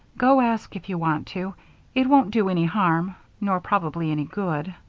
go ask, if you want to it won't do any harm, nor probably any good.